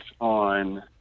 on